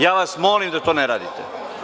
Ja vas molim da to ne radite.